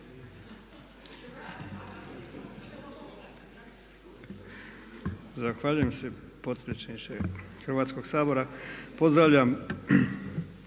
Zahvaljujem se potpredsjedniče Hrvatskog sabora. Pozdravljam